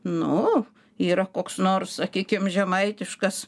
nu yra koks nors sakykim žemaitiškas